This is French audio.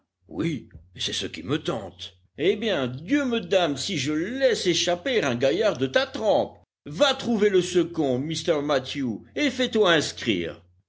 et c'est ce qui me tente eh bien dieu me damne si je laisse échapper un gaillard de ta trempe va trouver le second mr mathew et fais-toi inscrire